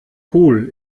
cool